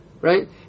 Right